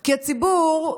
כי הציבור,